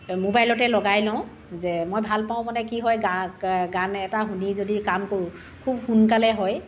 মোবাইলতে লগাই লওঁ যে মই ভাল পাওঁ মানে কি হয় গা গান এটা শুনি যদি কাম কৰোঁ খুব সোনকালে হয়